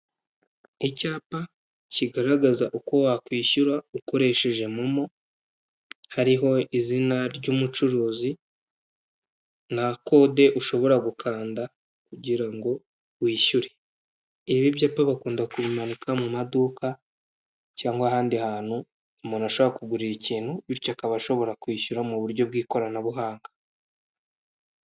Icyapa kigararagaza uko wakwishyura ukoresheje MoMo, hariho izina ry'umucurizi, na kode ushobora gukanda kugira ngo wishyure. Ibi byapa bakunda kubimanika mu maduka cyangwa ahandi hantu umuntu ashobora kugurira ikintu, bityo akaba ashobora kwishyura m'uburyo bw'ikorana buhanga.